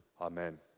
Amen